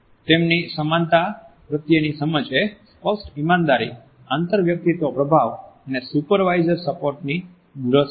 તેમની સમાનતા પ્રત્યેની સમજ એ સ્પષ્ટ ઇમાનદારી આંતરવ્યક્તિત્વ પ્રભાવ અને સુપરવાઇઝર સપોર્ટની દ્રષ્ટિ છે